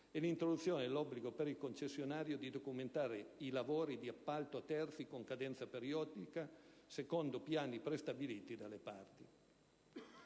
e l'introduzione dell'obbligo per il concessionario di documentare i lavori di appalto a terzi con cadenza periodica, secondo piani prestabiliti dalle parti.